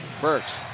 Burks